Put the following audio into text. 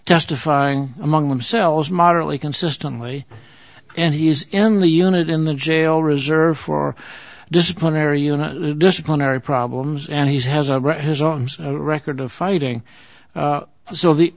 testifying among themselves moderately consistently and he is in the unit in the jail reserved for disciplinary unit disciplinary problems and he has a right to his own record of fighting so the